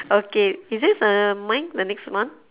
okay is this uh mine the next one